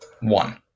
one